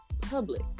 public